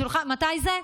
מתי זה?